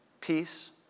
Peace